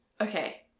Okay